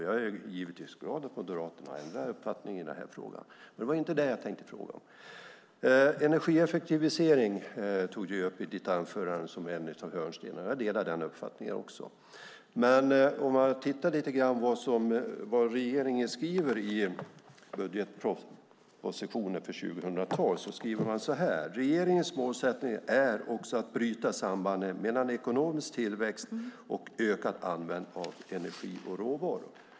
Jag är givetvis glad att Moderaterna ändrar uppfattning i den här frågan. Men det var inte det jag tänkte fråga om. Energieffektivisering tog du upp i ditt anförande som en av hörnstenarna. Jag delar den uppfattningen. Regeringen skriver i budgetpropositionen för 2012 att regeringens målsättning är att bryta sambandet mellan ekonomisk tillväxt och ökad användning av energi och råvaror.